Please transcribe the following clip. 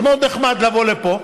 זה מאוד נחמד לבוא לפה: